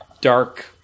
dark